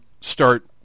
start